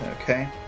Okay